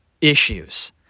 issues